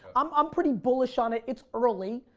um i'm pretty bullish on it. it's early,